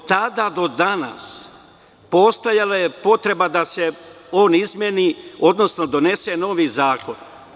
Od tada do danas postojala je potreba da se on izmeni, odnosno donese novi zakon.